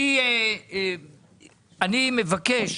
אני מבקש